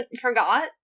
forgot